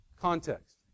Context